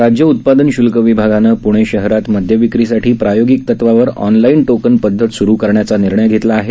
राज्य उत्पादन शुल्क विभागाने प्णे शहरात मद्य विक्रीसाठी प्रायोगिक तत्वावर ऑनलाईन टोकन पद्धत सुरू करण्याचा निर्णय घेतला आहे